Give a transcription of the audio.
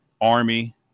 Army